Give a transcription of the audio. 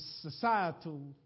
societal